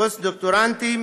פוסט-דוקטורנטים